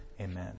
Amen